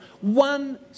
One